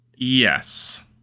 Yes